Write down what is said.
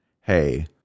hey